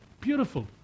Beautiful